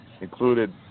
included